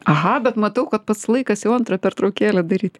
aha bet matau kad pats laikas jau antrą pertraukėlę daryt